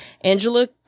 angela